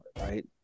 right